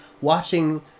watching